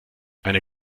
eine